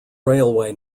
railway